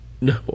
No